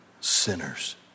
sinners